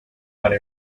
para